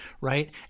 Right